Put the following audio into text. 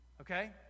Okay